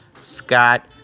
Scott